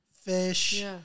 fish